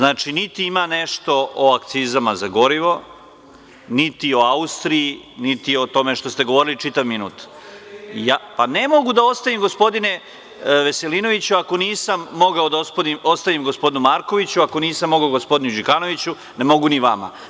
Niti ima nešto i akcizama za gorivo, niti o Austriji, niti o tome što ste govorili čitav minut. (Janko Veselinović, s mesta: Ostavite vi meni kako ću ja …) Ne mogu da ostavim gospodine Veselinoviću, ako nisam mogao da ostavim gospodinu Markoviću, ako nisam mogao gospodinu Đukanoviću, ne mogu ni vama.